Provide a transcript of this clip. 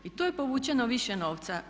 I tu je povučeno više novca.